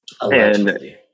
Allegedly